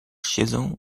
siedzą